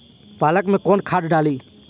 पालक में कौन खाद डाली?